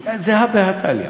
כי זה הא בהא תליא.